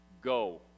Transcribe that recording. go